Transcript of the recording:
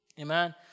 Amen